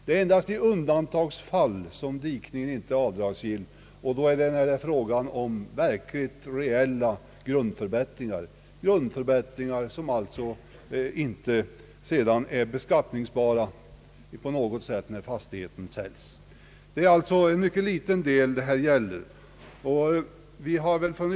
Det är endast i undantagsfall som dikningen inte är avdragsgill, nämligen då det är fråga om reella grundförbättringar, vilka sedan inte på något sätt beskattas när fastigheten försäljes. Detta är således en liten fråga.